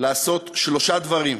לעשות שלושה דברים: